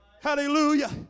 Hallelujah